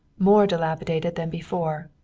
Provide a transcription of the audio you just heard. more dilapidated than before,